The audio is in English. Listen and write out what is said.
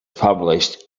published